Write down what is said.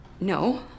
No